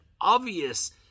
obvious